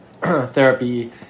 therapy